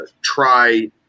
Try